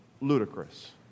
ludicrous